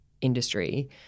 industry